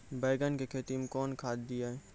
बैंगन की खेती मैं कौन खाद दिए?